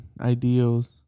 ideals